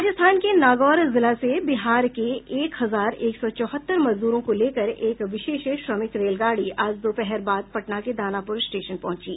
राजस्थान के नागौर जिला से बिहार के एक हजार एक सौ चौहत्तर मजदूरों को लेकर एक विशेष श्रमिक रेलगाड़ी आज दोपहर बाद पटना के दानापुर स्टेशन पहुंची